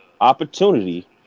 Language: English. opportunity